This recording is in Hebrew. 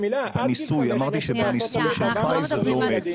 אמרתי שבניסוי של פייזר לא מת.